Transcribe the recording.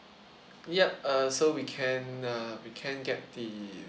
yup uh so we can uh we can get the